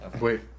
Wait